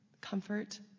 comfort